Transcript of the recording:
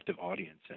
audience